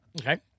Okay